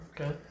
okay